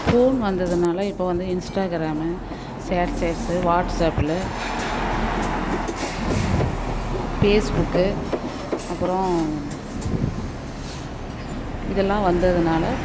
phone வந்ததுனால் இப்போ வந்து இன்ஸ்டாகிராமு ஷேர் சேட்ஸு வாட்ஸப்பிலு ஃபேஸ்புக்கு அப்புறம் இதெல்லாம் வந்ததுனால்